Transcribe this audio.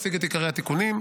אציג את עיקרי התיקונים.